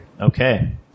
Okay